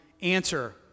answer